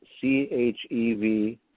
C-H-E-V